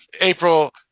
April